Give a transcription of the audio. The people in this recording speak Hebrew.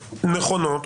נכונות,